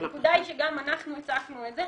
הנקודה היא שגם אנחנו הצפנו את זה,